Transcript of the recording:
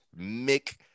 Mick